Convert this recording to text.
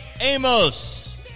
Amos